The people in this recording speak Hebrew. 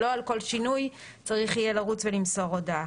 שלא על כל שינוי צריך יהיה לרוץ ולמסור הודעה.